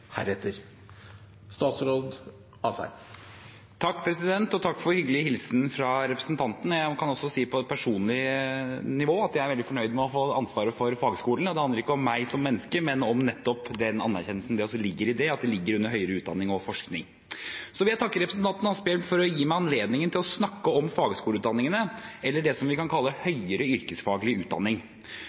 heretter. Takk for hyggelig hilsen fra representanten. Jeg kan også si på det personlige nivå at jeg er veldig fornøyd med å få ansvaret for fagskolene, og det handler ikke om meg som menneske, men om nettopp den anerkjennelsen som ligger i at de ligger under høyere utdanning og forskning. Så vil jeg takke representanten Asphjell for å gi meg anledning til å snakke om fagskoleutdanningene, eller det vi kan kalle høyere yrkesfaglig utdanning.